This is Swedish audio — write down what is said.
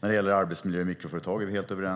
När det gäller arbetsmiljö och mikroföretag är vi helt överens.